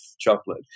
chocolate